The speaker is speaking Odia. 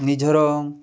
ନିଜର